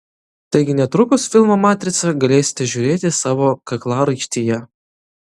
taigi netrukus filmą matrica galėsite žiūrėti savo kaklaraištyje